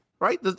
Right